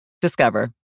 Discover